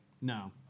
No